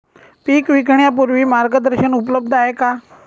पीक विकण्यापूर्वी मार्गदर्शन उपलब्ध आहे का?